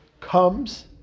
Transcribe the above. comes